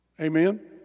Amen